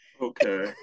Okay